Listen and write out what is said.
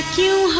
you